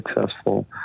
successful